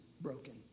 broken